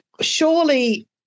Surely